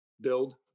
build